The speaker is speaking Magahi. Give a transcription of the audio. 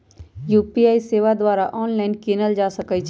यू.पी.आई सेवा द्वारा ऑनलाइन कीनल जा सकइ छइ